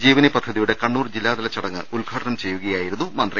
ജീവനി പദ്ധതിയുടെ കണ്ണൂർ ജില്ലാതല ചടങ്ങ് ഉദ്ഘാടനം ചെയ്യുകയായിരുന്നു മന്ത്രി